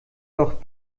doch